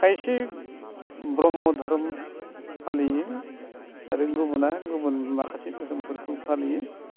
खायसे ब्रह्म दोरोम फालियो आरो गुबुना गुबुन माखासे दोरोमफोरखौ फालियो